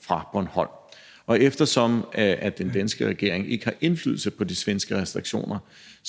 fra Bornholm. Eftersom den danske regering ikke har indflydelse på de svenske restriktioner,